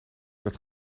dat